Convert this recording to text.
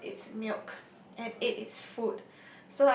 slurp it's milk and ate it's food